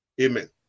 amen